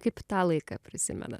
kaip tą laiką prisimena